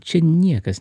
čia niekas